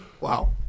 Wow